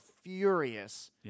furious